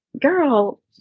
girl